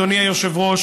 אדוני היושב-ראש,